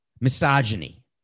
misogyny